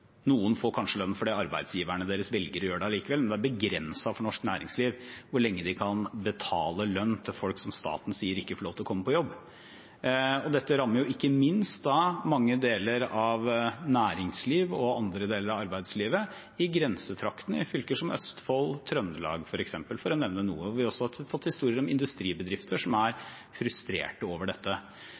Noen får kanskje lønn fordi arbeidsgiveren deres velger å gi dem det allikevel, men det er begrenset hvor lenge norsk næringsliv kan betale lønn til folk som staten sier ikke får lov til å komme på jobb. Dette rammer mange deler av næringslivet, ikke minst deler av arbeidslivet i grensetraktene, i fylker som Østfold og Trøndelag f.eks., for å nevne noen, hvor vi også har fått historier om industribedrifter som er frustrerte over dette.